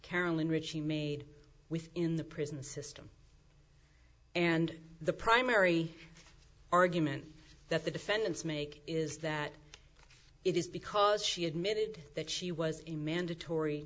carolyn richie made within the prison system and the primary argument that the defendants make is that it is because she admitted that she was a mandatory